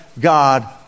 God